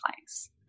place